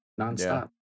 nonstop